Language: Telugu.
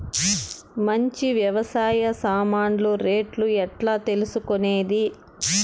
మంచి వ్యవసాయ సామాన్లు రేట్లు ఎట్లా తెలుసుకునేది?